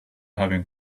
having